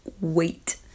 wait